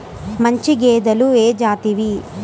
మంచి గేదెలు ఏ జాతివి?